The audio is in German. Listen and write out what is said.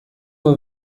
wir